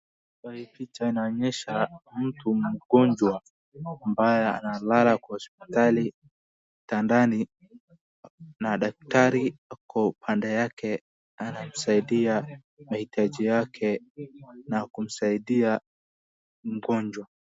Kwa hii picha inaonyesha mtu mgonjwa ambaye analala kwa hospitali kitandani na daktari ako upande yake anamsaidia mahitaji yake na anamsaidia mgonjwa.